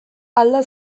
alda